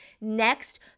next